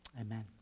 Amen